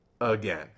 Again